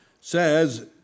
Says